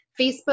Facebook